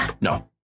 No